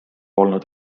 olnud